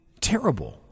terrible